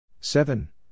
seven